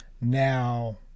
Now